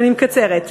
אני מקצרת.